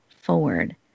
forward